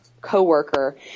coworker